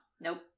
Nope